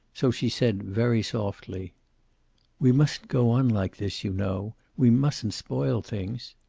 so she said, very softly we mustn't go on like this, you know. we mustn't spoil things.